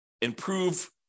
improve